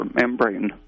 membrane